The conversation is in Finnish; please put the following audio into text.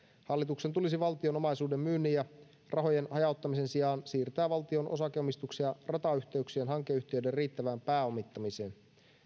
hallituksen tulisi valtion omaisuuden myynnin ja rahojen hajauttamisen sijaan siirtää valtion osakeomistuksia ratayhteyksien hankeyhtiöiden riittävään pääomittamiseen